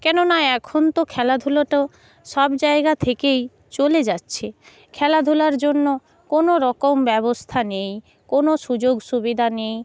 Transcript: কেননা এখন তো খেলাধুলো তো সব জায়গা থেকেই চলে যাচ্ছে খেলাধুলার জন্য কোনো রকম ব্যবস্থা নেই কোনো সুযোগ সুবিধা নেই